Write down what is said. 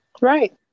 right